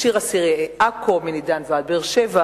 "שיר אסירי עכו" "מני דן ועד באר-שבע",